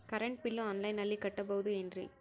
Current bill ಆನ್ಲೈನಿನಲ್ಲಿ ಕಟ್ಟಬಹುದು ಏನ್ರಿ?